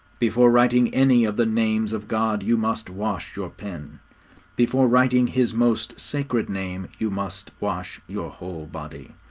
before writing any of the names of god you must wash your pen before writing his most sacred name you must wash your whole body.